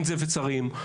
אין צוות שרים,